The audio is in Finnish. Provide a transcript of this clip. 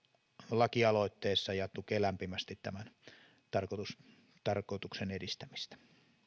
lakialoitteessa ja tukee lämpimästi tämän tarkoituksen edistämistä